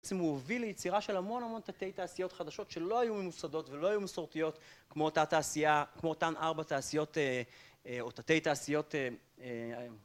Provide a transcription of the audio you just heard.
בעצם הוא הוביל ליצירה של המון המון תתי תעשיות חדשות שלא היו ממוסדות ולא היו מסורתיות כמו אותן ארבע תעשיות או תתי תעשיות